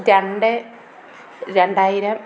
രണ്ട് രണ്ടായിരം